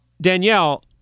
Danielle